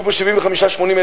היו פה 75,000 80,000,